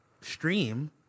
stream